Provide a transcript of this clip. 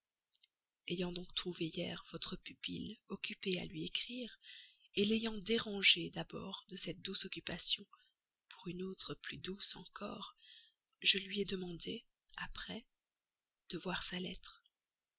ayant donc trouvé hier votre pupille occupée à lui écrire l'ayant dérangée d'abord de cette douce occupation pour une autre plus douce encore je lui ai demandé après de voir sa lettre